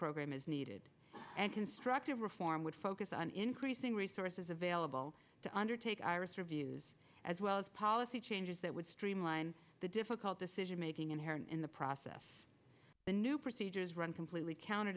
program is needed and constructive reform would focus on increasing resources available to undertake iris reviews as well as policy changes that would streamline the difficult decision making inherent in the process the new procedures run completely counter